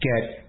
get